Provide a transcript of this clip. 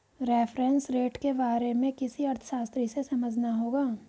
reference rate के बारे में किसी अर्थशास्त्री से समझना होगा